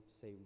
say